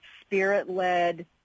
spirit-led